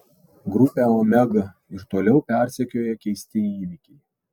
grupę omega ir toliau persekioja keisti įvykiai